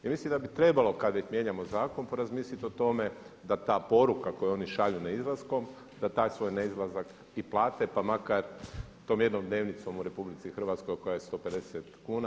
Ja mislim da bi trebalo kad već mijenjamo zakon porazmisliti o tome da ta poruka koju oni šalju neizlaskom da taj svoj neizlazak i plate pa makar tom jednom dnevnicom u RH koja je 150 kuna.